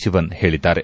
ಶಿವನ್ ಹೇಳಿದ್ದಾರೆ